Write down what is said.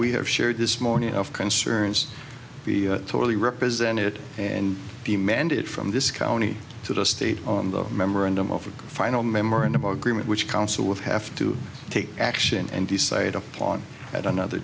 we have shared this morning of concerns totally represented and demanded from this county to the state on the memorandum of final member and about agreement which council would have to take action and decide upon at another